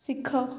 ଶିଖ